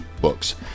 books